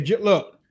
look